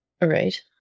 Right